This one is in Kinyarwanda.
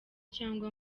cyangwa